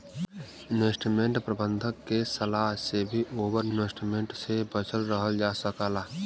investment प्रबंधक के सलाह से भी ओवर इन्वेस्टमेंट से बचल रहल जा सकला